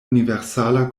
universala